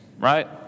right